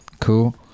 Cool